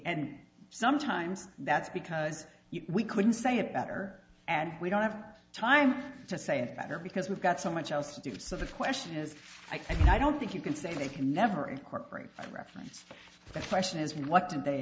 and sometimes that's because we couldn't say it better and we don't have time to say it better because we've got so much else to do so the question is i think i don't think you can say they can never incorporate a reference the question is what did they